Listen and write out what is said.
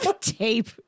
Tape